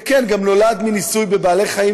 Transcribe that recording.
זה גם נולד מניסויים בבעלי-חיים,